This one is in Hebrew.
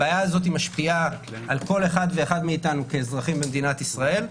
הבעיה הזאת משפיעה על כל אחד ואחד מאיתנו כאזרחים במדינת ישראל,